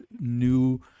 new